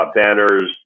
banners